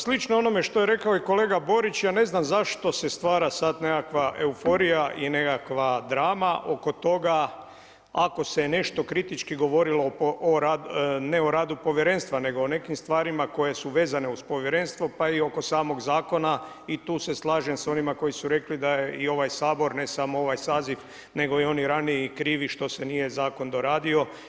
Slično onome što je rekao i kolega Borić, ja ne znam, zašto se stvara sad nekakva euforija i nekakva drama oko toga, ako se je nešto kritički govorilo o, ne o radu povjerenstva, nego o nekim stvarima koje su vezane uz povjerenstvo, pa i oko samog zakona i tu se slažem s onima koji su rekli, da je i ovaj Sabor, ne samo i ovaj saziv, nego i oni raniji krivi, što se nije zakon doradio.